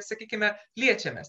sakykime liečiamės